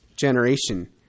generation